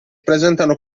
presentano